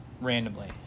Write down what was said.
randomly